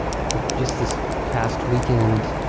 i think just just past weekend,